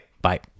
bye